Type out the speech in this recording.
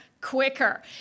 quicker